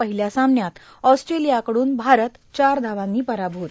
पहिल्या सामन्यात ऑस्ट्रेलियाकडून भारत चार धावांनी पराभूत